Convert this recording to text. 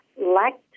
lacked